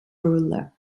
ruler